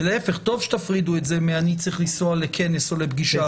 טוב שתפרידו את זה מאני צריך לנסוע לכנס או לפגישה.